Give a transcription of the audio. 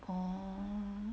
orh